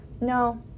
No